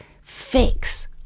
fix